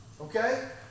okay